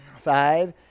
five